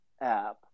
app